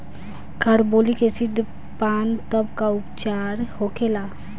Carbolic acid पान तब का उपचार होखेला?